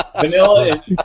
Vanilla